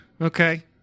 Okay